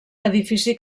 edifici